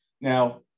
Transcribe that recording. Now